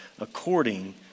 according